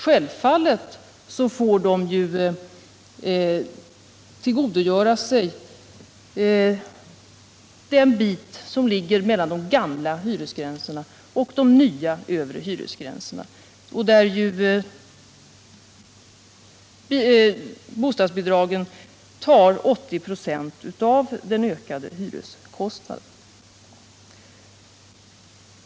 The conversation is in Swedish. Självfallet får de tillgodogöra sig den bit som ligger mellan de gamla och de nya övre hyresgränserna, där bostadsbidragen täcker 80 96 av den ökade hyreskostnaden.